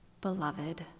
beloved